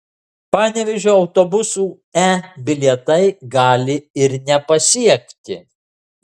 panevėžio autobusų e bilietai gali ir nepasiekti